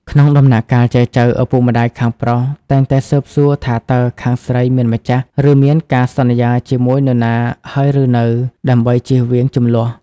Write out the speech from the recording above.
ក្នុងដំណាក់កាលចែចូវ ឪពុកម្ដាយខាងប្រុសតែងតែស៊ើបសួរថាតើខាងស្រី "មានម្ចាស់ ឬមានការសន្យាជាមួយនរណាហើយឬនៅ" ដើម្បីចៀសវាងជម្លោះ។